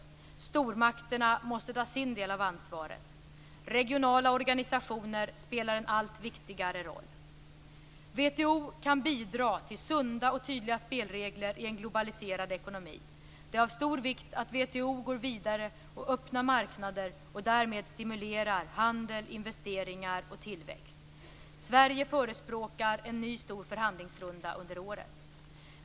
Stormakterna måste ta sin del av ansvaret. Regionala organisationer spelar en allt viktigare roll. WTO kan bidra till sunda och tydliga spelregler i en globaliserad ekonomi. Det är av stor vikt att WTO går vidare och öppnar marknader och därmed stimulerar handel, investeringar och tillväxt. Sverige förespråkar en ny stor förhandlingsrunda under året.